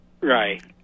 Right